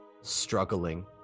struggling